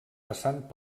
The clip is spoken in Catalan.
passant